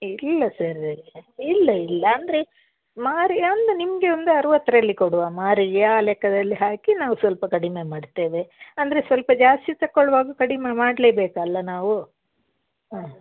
ಇಲ್ಲ ಸರ್ ಇಲ್ಲ ಇಲ್ಲ ಅಂದರೆ ಮಾರಿಗೆ ಒಂದು ನಿಮಗೆ ಒಂದು ಅರವತ್ತರಲ್ಲಿ ಕೊಡುವ ಮಾರಿಗೆ ಆ ಲೆಕ್ಕದಲ್ಲಿ ಹಾಕಿ ನಾವು ಸ್ವಲ್ಪ ಕಡಿಮೆ ಮಾಡ್ತೇವೆ ಅಂದರೆ ಸ್ವಲ್ಪ ಜಾಸ್ತಿ ತಕ್ಕೊಳುವಾಗ ಕಡಿಮೆ ಮಾಡಲೇ ಬೇಕಲ್ಲಾ ನಾವು ಹಾಂ